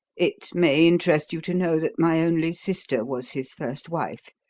it may interest you to know that my only sister was his first wife.